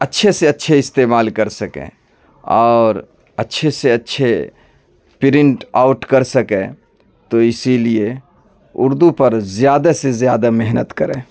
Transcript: اچھے سے اچھے استعمال کر سکیں اور اچھے سے اچھے پرنٹ آؤٹ کر سکیں تو اسی لیے اردو پر زیادہ سے زیادہ محنت کریں